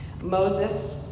Moses